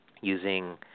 using